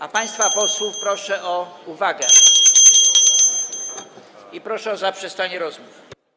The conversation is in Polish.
A państwa posłów proszę o uwagę [[Gwar na sali, dzwonek]] i o zaprzestanie rozmów.